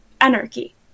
anarchy